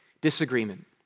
disagreement